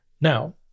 Now